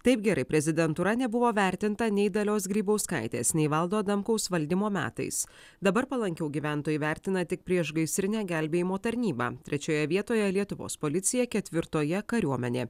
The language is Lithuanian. taip gerai prezidentūra nebuvo vertinta nei dalios grybauskaitės nei valdo adamkaus valdymo metais dabar palankiau gyventojai vertina tik priešgaisrinę gelbėjimo tarnybą trečioje vietoje lietuvos policija ketvirtoje kariuomenė